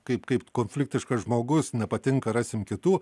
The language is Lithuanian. kaip kaip konfliktiškas žmogus nepatinka rasim kitų